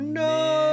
no